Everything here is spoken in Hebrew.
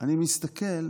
אני מסתכל,